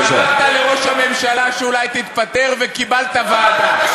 אמרת לראש הממשלה שאולי תתפטר, וקיבלת ועדה.